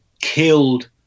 killed